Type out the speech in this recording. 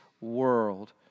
world